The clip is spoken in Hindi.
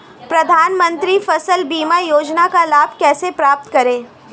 प्रधानमंत्री फसल बीमा योजना का लाभ कैसे प्राप्त करें?